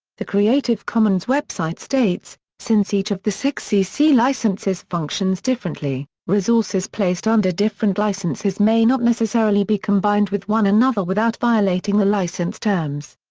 the creative commons website states, since each of the six cc licenses functions differently, resources placed under different licenses may not necessarily be combined with one another without violating the license terms.